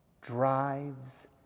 drives